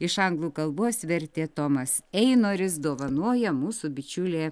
iš anglų kalbos vertė tomas einoris dovanoja mūsų bičiulė